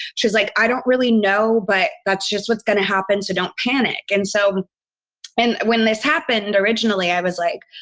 she was like, i don't really know, but that's just what's going to happen. so don't panic. and so and when this happened originally, i was like,